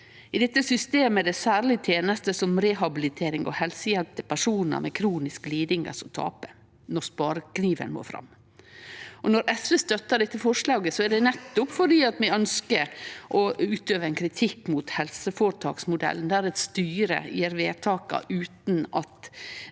I dette systemet er det særleg tenester som rehabilitering og helsehjelp til personar med kroniske lidingar som taper når sparekniven må fram. Når SV støttar dette forslaget, er det nettopp fordi me ønskjer å utøve ein kritikk mot helseføretaksmodellen, der eit styre gjer vedtaka utan at